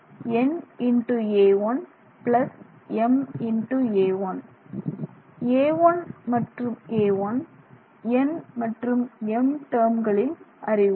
a1 மற்றும் a1 n மற்றும் m டெர்ம்களில் அறிவோம்